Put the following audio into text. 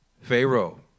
Pharaoh